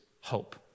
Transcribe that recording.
hope